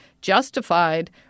justified